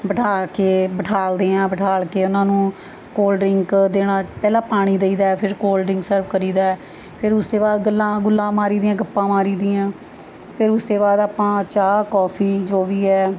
ਬਿਠਾ ਕੇ ਬਿਠਾਲਦੇ ਹਾਂ ਬਿਠਾਲ ਕੇ ਉਹਨਾਂ ਨੂੰ ਕੋਲਡ ਡ੍ਰਿੰਕ ਦੇਣਾ ਪਹਿਲਾਂ ਪਾਣੀ ਦਈ ਦਾ ਫਿਰ ਕੋਲਡ ਡ੍ਰਿੰਕ ਸਰਵ ਕਰੀ ਦਾ ਫਿਰ ਉਸ ਤੋਂ ਬਾਅਦ ਗੱਲਾਂ ਗੁੱਲਾਂ ਮਾਰੀ ਦੀਆਂ ਗੱਪਾਂ ਮਾਰੀ ਦੀਆਂ ਫਿਰ ਉਸ ਤੋਂ ਬਾਅਦ ਆਪਾਂ ਚਾਹ ਕੌਫੀ ਜੋ ਵੀ ਹੈ